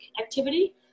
activity